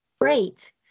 Great